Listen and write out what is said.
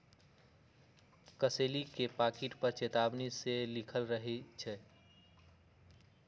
कसेली के पाकिट पर चेतावनी सेहो लिखल रहइ छै